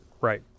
right